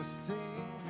sing